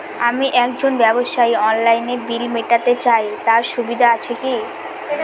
আমি একজন ব্যবসায়ী অনলাইনে বিল মিটাতে চাই তার সুবিধা আছে কি?